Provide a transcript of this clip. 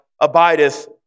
abideth